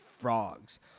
Frogs